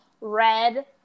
red